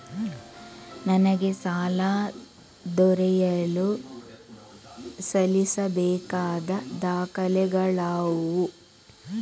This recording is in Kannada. ನನಗೆ ಸಾಲ ದೊರೆಯಲು ಸಲ್ಲಿಸಬೇಕಾದ ದಾಖಲೆಗಳಾವವು?